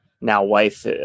now-wife